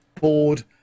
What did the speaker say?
board